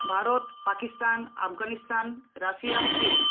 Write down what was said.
Bharat Pakistan Afghanistan Russia চীন